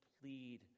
plead